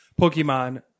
Pokemon